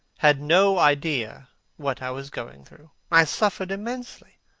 had no idea what i was going through. i suffered immensely.